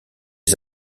les